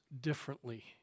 differently